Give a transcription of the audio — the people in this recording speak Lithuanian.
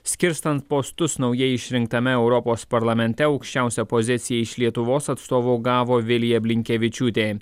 skirstant postus naujai išrinktame europos parlamente aukščiausią poziciją iš lietuvos atstovų gavo vilija blinkevičiūtė